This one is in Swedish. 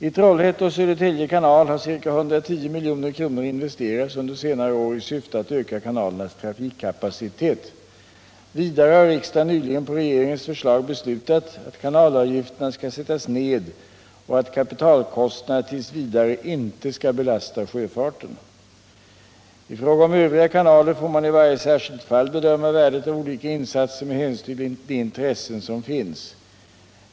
I Trollhätte och Södertälje kanal har ca 110 milj.kr. investerats under senare år i syfte att öka kanalernas trafikkapacitet. Vidare har riksdagen nyligen på regeringens förslag beslutat att kanalavgifterna skall sättas ned och att kapitalkostnaderna t. v. inte skall belasta sjöfarten. att bevara kanalleder I fråga om övriga kanaler får man i varje särskilt fall bedöma värdet av olika insatser med hänsyn till de intressen som finns.